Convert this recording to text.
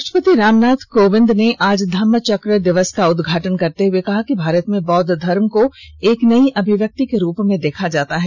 राष्ट्रपति रामनाथ कोविंद ने आज धम्म चक्र दिवस का उद्घाटन करते हुए कहा कि भारत में बौद्व धर्म को एक नई अभिव्यक्ति के रूप में देखा जाता है